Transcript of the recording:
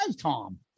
Tom